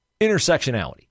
Intersectionality